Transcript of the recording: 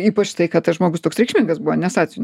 ypač tai kad tas žmogus toks reikšmingas buvo nes atsiun